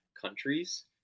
countries